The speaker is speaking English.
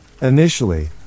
Initially